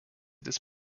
des